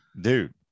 dude